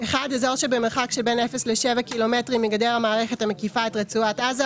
אזור שבמרחק של בין 0 ל-7 קילומטרים מגדר המערכת המקיפה את רצועת עזה,